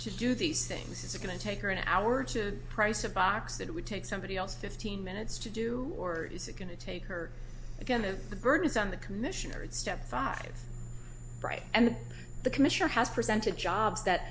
to do these things is it going to take her an hour to price a box that it would take somebody else fifteen minutes to do or is it going to take her again the burden is on the commissioner and step five right and the commissioner has presented jobs that